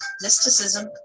Mysticism